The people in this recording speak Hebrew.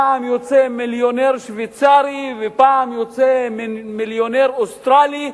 פעם יוצא מיליונר שוויצרי ופעם יוצא מיליונר אוסטרלי,